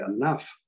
enough